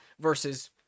versus